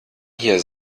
hier